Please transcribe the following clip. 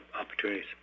opportunities